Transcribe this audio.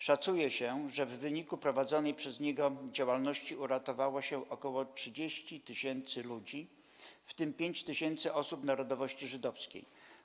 Szacuje się, że w wyniku prowadzonej przez niego działalności uratowało się około 30 tysięcy ludzi, w tym 5 tysięcy osób narodowości żydowskiej.